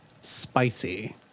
spicy